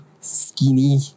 skinny